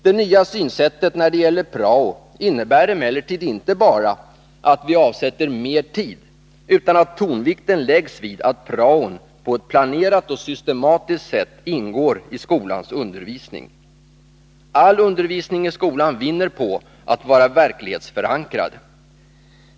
Det nya synsättet när det gäller prao innebär emellertid inte bara att vi avsätter mer tid utan även att tonvikten läggs vid att prao på ett planerat och systematiskt sätt ingår i skolans undervisning. All undervisning i skolan vinner på att vara verklighetsförankrad.